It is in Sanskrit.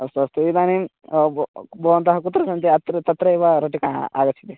अस्तु अस्तु इदानीं भोः भवन्तः कुत्र सन्ति अत्र तत्रैव रोटिकाः आगच्छति